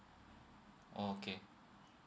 oh okay